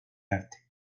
arte